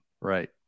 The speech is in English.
Right